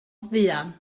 fuan